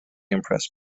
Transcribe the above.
impressed